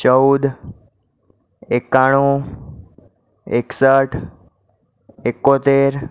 ચૌદ એકાણું એકસઠ એકોતેર